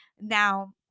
Now